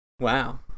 Wow